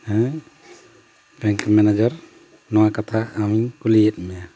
ᱦᱮᱸ bank manager ᱱᱚᱣᱟ ᱠᱟᱛᱷᱟ ᱟᱢᱤᱧ ᱠᱩᱞᱤᱭᱮᱫ ᱢᱮᱭᱟ